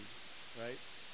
Right